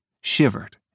shivered